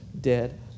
dead